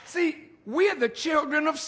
see we have the children of